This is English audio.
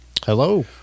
Hello